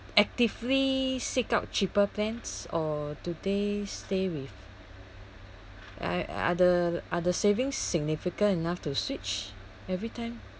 actively seek out cheaper plans or do they stay with ar~ are the are the savings significant enough to switch every time